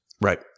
Right